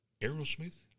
Aerosmith